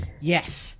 Yes